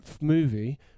movie